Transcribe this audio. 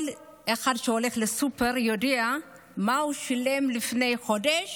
כל אחד שהולך לסופר יודע מה הוא שילם לפני חודש